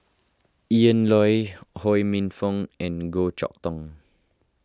Ian Loy Ho Minfong and Goh Chok Tong